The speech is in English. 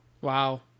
Wow